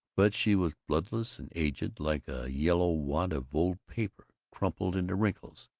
but she was bloodless and aged, like a yellowed wad of old paper crumpled into wrinkles.